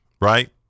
Right